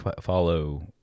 follow